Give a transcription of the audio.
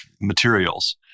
materials